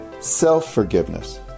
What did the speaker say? self-forgiveness